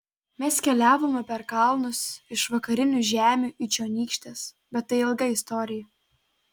mes keliavome per kalnus iš vakarinių žemių į čionykštes bet tai ilga istorija